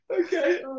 Okay